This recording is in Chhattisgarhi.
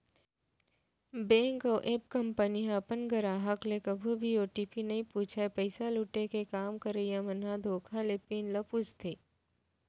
बेंक अउ ऐप कंपनी ह अपन गराहक ले कभू भी ओ.टी.पी नइ पूछय, पइसा लुटे के काम करइया मन ह धोखा ले पिन ल पूछथे